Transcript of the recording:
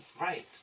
right